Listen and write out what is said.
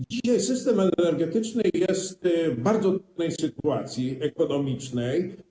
Dzisiaj system energetyczny jest w bardzo trudnej sytuacji ekonomicznej.